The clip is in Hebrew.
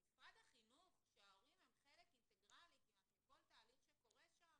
אבל משרד החינוך שההורים הם כמעט חלק אינטגרלי מכל תהליך שקורה שם?